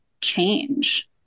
change